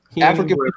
African